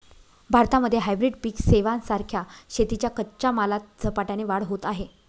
भारतामध्ये हायब्रीड पिक सेवां सारख्या शेतीच्या कच्च्या मालात झपाट्याने वाढ होत आहे